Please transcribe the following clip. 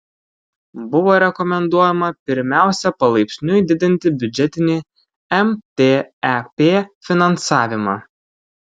buvo rekomenduojama pirmiausia palaipsniui didinti biudžetinį mtep finansavimą